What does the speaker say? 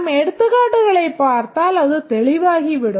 நாம் எடுத்துக்காட்டுகளைப் பார்த்தால் அது தெளிவாகிவிடும்